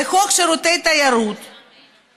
"בחוק שירותי תיירות, (1)